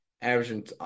averaging